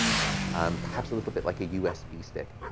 yeah um perhaps a little bit like a usb stick.